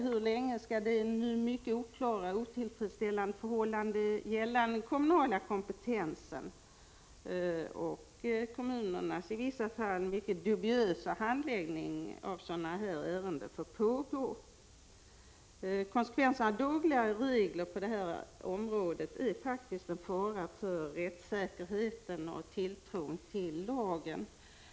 Hur länge skall de nu mycket oklara och otillfredsställande förhållandena gällande den kommunala kompetensen och en del kommuners minst sagt dubiösa handläggning av sådana här ärenden få fortgå? Dåliga regler på det här området innebär faktiskt en fara för rättssäkerheten och tilltron till lagen.